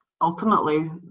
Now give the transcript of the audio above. Ultimately